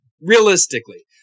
realistically